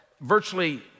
virtually